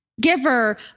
giver